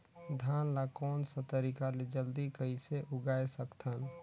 धान ला कोन सा तरीका ले जल्दी कइसे उगाय सकथन?